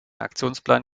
aktionsplan